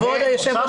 כאשר יהיה כזה.